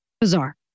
bizarre